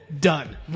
Done